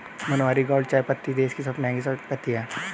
मनोहारी gold चायपत्ती देश की सबसे महंगी चायपत्ती है